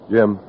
Jim